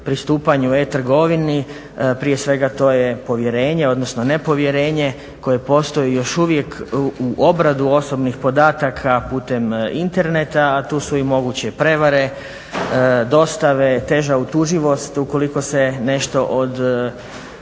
pristupanju e-trgovini, prije svega to je povjerenje, odnosno nepovjerenje koje postoji još uvijek u obradu osobnih podataka putem interneta a tu su i moguće prevare, dostave, teža utuživost ukoliko se nešto od